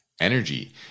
Energy